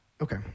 Okay